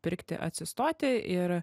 pirkti atsistoti ir